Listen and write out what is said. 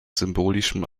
symbolischen